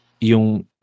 yung